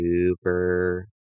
super